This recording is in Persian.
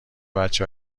بچه